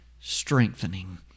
Strengthening